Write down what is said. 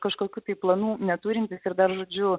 kažkokių tai planų neturintys ir dar žodžiu